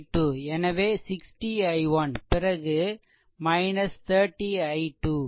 எனவே 60 i1 பிறகு 30 i2 Voc